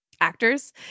actors